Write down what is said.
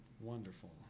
Wonderful